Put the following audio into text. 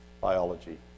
biology